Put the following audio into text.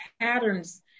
patterns